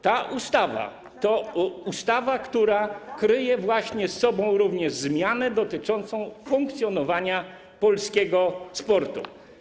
Ta ustawa to ustawa, która kryje właśnie w sobie zmianę dotyczącą funkcjonowania polskiego sportu.